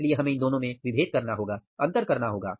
इसलिए हमें इन दोनों में अंतर करना होगा